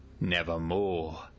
Nevermore